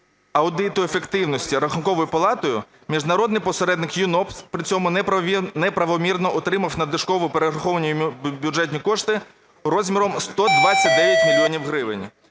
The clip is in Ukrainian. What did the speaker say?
аудиту ефективності Рахунковою палатою, міжнародний посередник ЮНОПС при цьому неправомірно отримав надлишково перераховані йому бюджетні кошти розміром 129 мільйонів